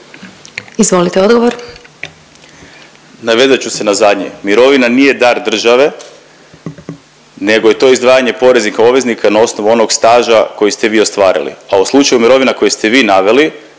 **Vidiš, Ivan** Navezat ću se na zadnje. Mirovina nije dar države, nego je to izdvajanje poreznih obveznika na osnovu onog staža koje ste vi ostvarili, a u slučaju mirovina koje ste vi naveli,